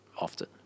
often